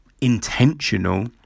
intentional